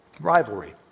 Rivalry